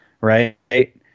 Right